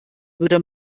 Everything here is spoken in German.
würde